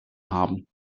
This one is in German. haben